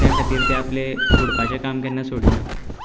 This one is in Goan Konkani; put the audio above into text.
त्या खातीर ते आपले उडपाचें काम केन्ना सोडिना